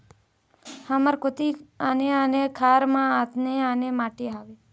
हमर कोती आने आने खार म आने आने माटी हावे?